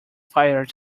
fire